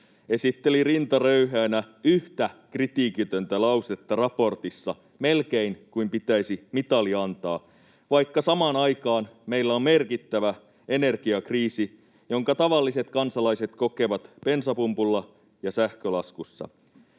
esitteli yhtä kritiikitöntä lausetta raportissa — melkein kuin pitäisi mitali antaa, vaikka samaan aikaan meillä on merkittävä energiakriisi, jonka tavalliset kansalaiset kokevat bensapumpulla ja sähkölaskussa.